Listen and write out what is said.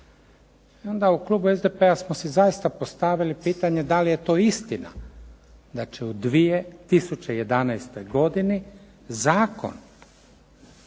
Onda u klubu SDP-a smo si zaista postavili pitanje da li je to istina da će u 2011. godini zakon